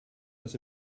das